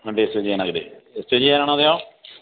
വണ്ടി എക്സ്ചേഞ്ച് ചെയ്യാനാണല്ലേ എക്സ്ചേഞ്ച് ചെയ്യാനാണോ അതോ